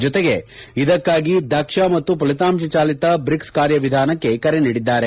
ಜತೆಗೆ ಇದಕ್ಕಾಗಿ ದಕ್ಷ ಮತ್ತು ಫಲಿತಾಂಶ ಚಾಲಿತ ಬ್ರಿಕ್ಪ್ ಕಾರ್ಯವಿಧಾನಕ್ಕೆ ಕರೆ ನೀಡಿದ್ದಾರೆ